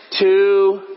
Two